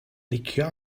licio